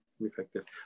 Effective